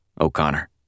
O'Connor